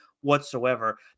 whatsoever